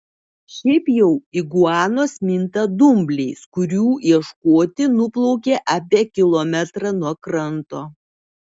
šiaip jau iguanos minta dumbliais kurių ieškoti nuplaukia apie kilometrą nuo kranto